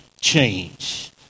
change